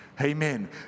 Amen